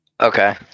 okay